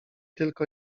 tylko